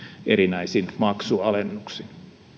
erinäisin maksualennuksin